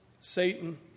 Satan